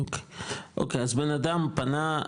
אוקי, אז בנאדם פנה,